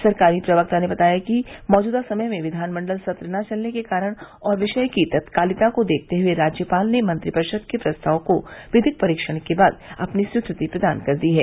सरकारी प्रवक्ता ने बताया कि मौजूदा समय में विधानमण्डल सत्र न चलने के कारण और विषय की तत्कालिकता को देखते हुए राज्यपाल ने मंत्रिपरिषद के प्रस्ताव को विधिक परीक्षण के बाद अपनी स्वीकृति प्रदान कर दी है